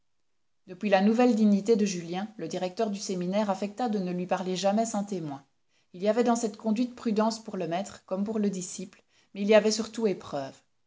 depuis la nouvelle dignité de julien le directeur du séminaire affecta de ne lui parler jamais sans témoins il y avait dans cette conduite prudence pour le maître comme pour le disciple mais il y avait surtout épreuve